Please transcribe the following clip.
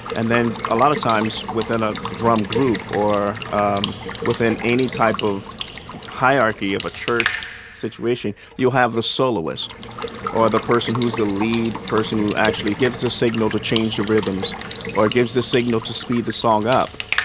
and then a lot of times within a drum group or um within any type of hierarchy of a church situation, you'll have the soloist or the person who's the lead person who actually gives a signal to change the rhythms or gives the signal to speed the song up.